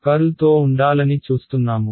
కర్ల్తో ఉండాలని చూస్తున్నాము